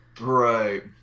Right